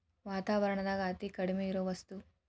ವಾತಾವರಣದಾಗ ಅತೇ ಕಡಮಿ ಇರು ವಸ್ತು